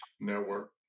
Network